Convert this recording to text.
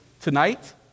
tonight